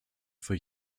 for